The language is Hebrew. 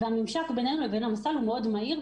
הממשק ביננו לבין המוסד המותקף הוא מהיר,